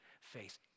faith